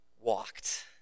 walked